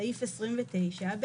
סעיף 29,